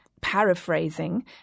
paraphrasing